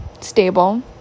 stable